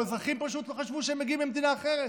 האזרחים פשוט חשבו שהם מגיעים ממדינה אחרת.